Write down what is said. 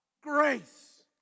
Grace